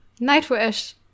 Nightwish